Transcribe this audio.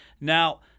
Now